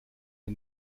der